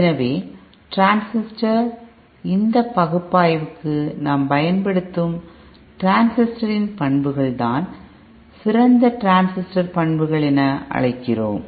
எனவே டிரான்ஸிஸ்டர் இந்த பகுப்பாய்விற்கு நாம் பயன்படுத்தும் டிரான்சிஸ்டரின் பண்புகள் தான் சிறந்த டிரான்சிஸ்டர் பண்புகள் என்று அழைக்கிறோம்